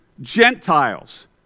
Gentiles